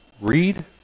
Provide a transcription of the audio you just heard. Read